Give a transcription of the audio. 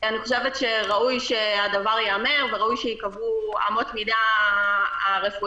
אני חושבת שראוי שהדבר ייאמר ושראוי שייקבעו אמות המידה הרפואיות,